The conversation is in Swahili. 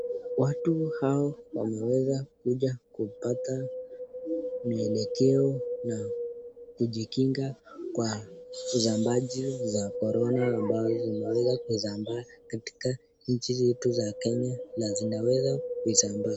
Watu hao wamekuja kupata muelekeo na kujikinga kwa uzambaji za korona ambazo zimeweza kusambaa katika nchi yetu ya kenya na zinaweza kuizambaa.